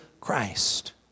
Christ